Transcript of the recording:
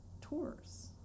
tours